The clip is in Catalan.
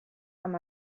amb